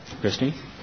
Christine